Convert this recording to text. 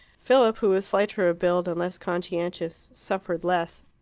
philip, who was slighter of build, and less conscientious, suffered less.